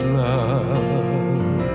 love